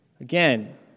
Again